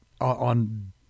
on